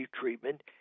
treatment